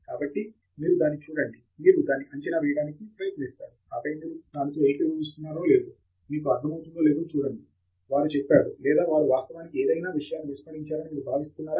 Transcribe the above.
కాబట్టి మీరు దాన్ని చూడండి మీరు దాన్ని అంచనా వేయడానికి ప్రయత్నిస్తారు ఆపై మీరు దానితో ఏకీభవిస్తున్నారో లేదో మీకు అర్ధమవుతుందో లేదో చూడండి వారు చెప్పారు లేదా వారు వాస్తవానికి ఏదయినా విషయాన్ని విస్మరించారని మీరు భావిస్తున్నారా